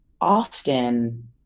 often